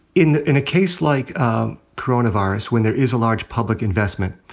in in a case like coronavirus, when there is a large public investment,